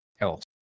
else